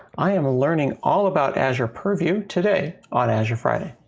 i am learning all about azure purview today on azure friday.